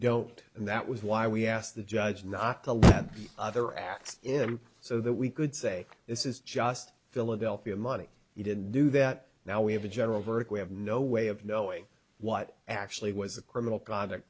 don't and that was why we asked the judge not to look at other assets so that we could say this is just philadelphia money he didn't do that now we have a general verdict we have no way of knowing what actually was a criminal conduct